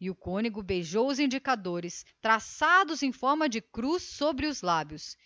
e o cônego beijou os indicadores traçados em forma de cruz sobre seus lábios